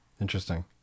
Interesting